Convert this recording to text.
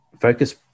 focus